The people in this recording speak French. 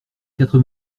quatre